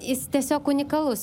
jis tiesiog unikalus